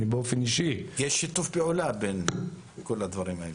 אני באופן אישי --- יש שיתוף פעולה בכל הדברים האלה.